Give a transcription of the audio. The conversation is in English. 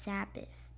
Sabbath